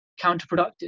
counterproductive